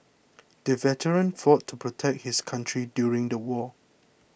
the veteran fought to protect his country during the war